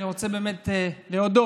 אני רוצה באמת להודות,